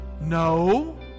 No